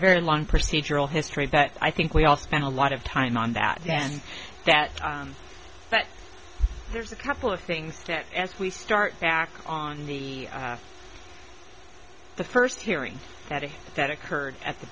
a very long procedural history that i think we all spend a lot of time on that and that but there's a couple of things to it as we start back on the the first hearing that is that occurred at the